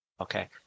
Okay